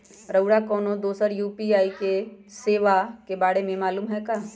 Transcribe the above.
रउरा कोनो दोसर यू.पी.आई सेवा के बारे मे मालुम हए का?